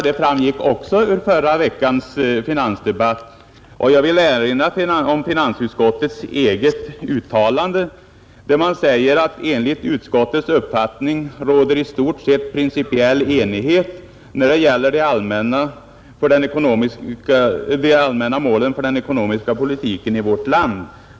Det framgick också vid förra veckans finansdebatt, och jag vill erinra om finansutskottets eget uttalande: ”Enligt utskottets uppfattning råder i stort sett principiell enighet när det gäller de allmänna målen för den ekonomiska politiken i vårt land.